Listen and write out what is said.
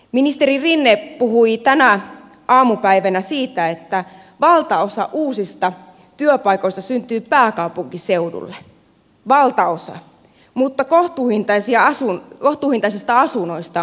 ministeri rinne puhui tänään aamupäivällä siitä että valtaosa uusista työpaikoista syntyy pääkaupunkiseudulle valtaosa mutta kohtuuhintaisista asunnoista on pula